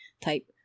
type